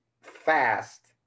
fast